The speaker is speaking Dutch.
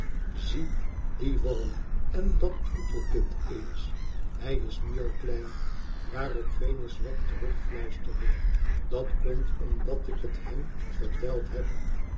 zie dien worm en dat troetelkind eens hij is nu al klein waarop venus wegg terugfluisterde tdat komt omdat ik het hem verteld heb